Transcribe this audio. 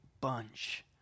bunch